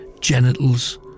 genitals